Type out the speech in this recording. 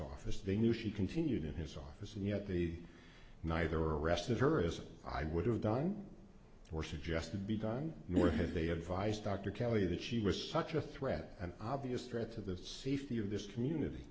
office they knew she continued in his office and yet the neither arrested her as i would have done or suggested be done more had they advised dr kelly that she was such a threat an obvious threat to the safety of this community